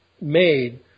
made